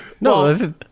No